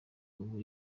ubu